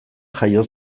jaio